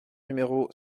numéro